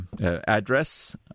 address